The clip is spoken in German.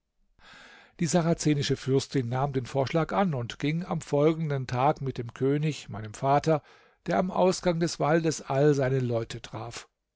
die sarazenische fürstin nahm den vorschlag an und ging am folgenden tag mit dem könig meinem vater der am ausgang des waldes all seine leute traf